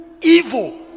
evil